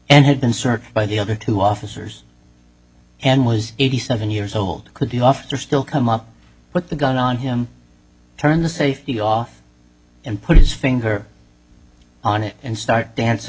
and had been searched by the other two officers and was eighty seven years old could you after still come up put the gun on him turn the safety off and put his finger on it and start danc